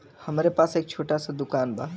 हमरे पास एक छोट स दुकान बा